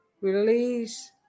Release